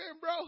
bro